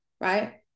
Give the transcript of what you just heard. right